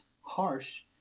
harsh